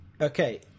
Okay